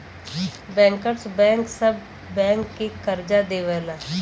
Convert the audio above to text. bankers bank सब bank के करजा देवला